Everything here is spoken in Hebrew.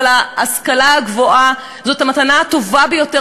אבל ההשכלה הגבוהה זאת המתנה הטובה ביותר